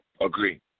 Agree